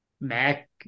Mac